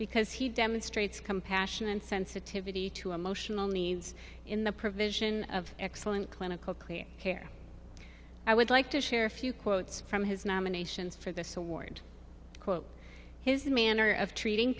because he demonstrates compassion and sensitivity to emotional needs in the provision of excellent clinical clean care i would like to share a few quotes from his nominations for this award quote his manner of treating